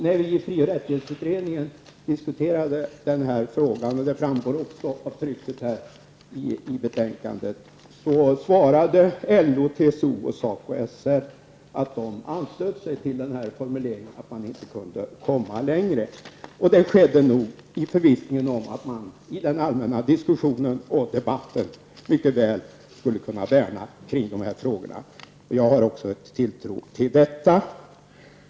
När vi i fri och rättighetsutredningen diskuterade den här frågan, vilket också framgår av betänkandet, svarade LO, TCO och SACO-SR att de anslöt sig till denna formulering och att man inte kunde komma längre. Det skedde nog i förvissningen om att man i den allmänna debatten mycket väl skulle kunna värna dessa frågor. Också jag har en tilltro till detta.